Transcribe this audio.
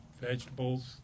vegetables